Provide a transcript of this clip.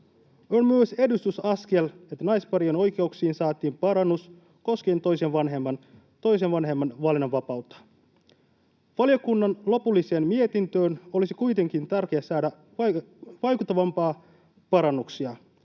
On myös edistysaskel, että naisparien oikeuksiin saatiin parannus koskien toisen vanhemman valinnanvapautta. Valiokunnan lopulliseen mietintöön olisi kuitenkin tärkeää saada vaikuttavampia parannuksia